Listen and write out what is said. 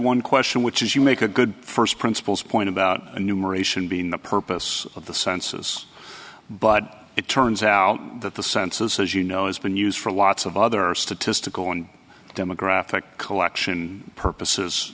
one question which is you make a good first principles point about numeration being the purpose of the census but it turns out that the census as you know has been used for lots of other statistical and demographic collection purposes